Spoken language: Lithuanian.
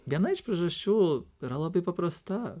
viena iš priežasčių yra labai paprasta